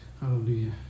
Hallelujah